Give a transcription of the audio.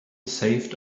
saved